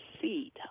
seed